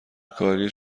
کاری